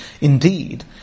Indeed